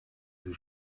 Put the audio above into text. deux